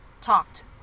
talked